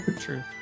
True